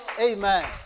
Amen